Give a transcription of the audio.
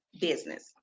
business